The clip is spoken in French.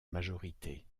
majorité